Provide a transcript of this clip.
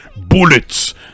Bullets